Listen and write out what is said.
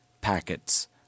packets